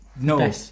no